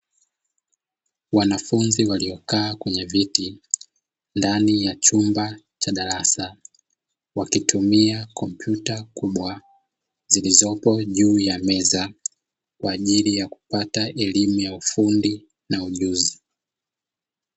Wanafunzi waliokaa kwenye viti ndani ya chumba cha darasa. Wakitumia kompyuta kubwa zilizopo juu ya meza, kwa ajili ya kupata elimu ya ufundi na ujuzi.